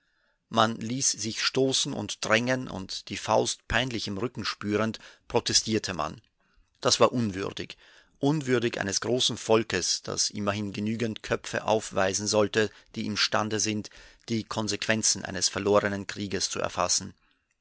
man ließ sich stoßen und drängen und die faust peinlich im rücken spürend protestierte man das war unwürdig unwürdig eines großen volkes das immerhin genügend köpfe aufweisen sollte die imstande sind die konsequenzen eines verlorenen krieges zu erfassen